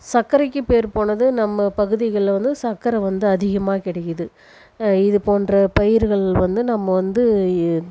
சக்கரைக்கு பேர் போனது நம்ம பகுதிகளில் வந்து சக்கரை வந்து அதிகமாக கிடைக்கிது இது போன்ற பயிர்கள் வந்து நம்ம வந்து